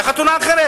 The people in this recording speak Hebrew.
זו חתונה אחרת,